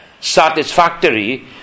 satisfactory